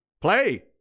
Play